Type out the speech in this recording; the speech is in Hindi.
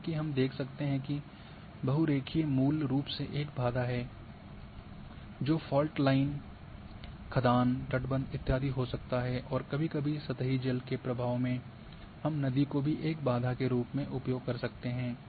जैसा कि हम देख सकते हैं कि बहुरेखा मूल रूप से एक बाधा ही है जोकि फॉल्ट लाइन खदान तटबंध इत्यादि हो सकता है और कभी कभी सतही जल के प्रवाह में हम नदी को भी एक बाधा के रूप में उपयोग कर सकते हैं